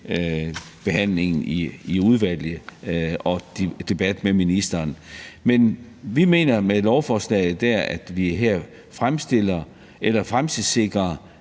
behandlingen i udvalget og i debat med ministeren. Men vi mener, vi med lovforslaget her fremtidssikrer